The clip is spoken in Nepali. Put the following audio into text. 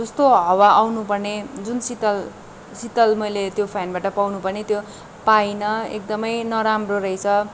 जस्तो हावा आउनुपर्ने जुन शीतल शीतल मैले त्यो फ्यानबाट पाउनुपर्ने त्यो पाइनँ एकदमै नराम्रो रैछ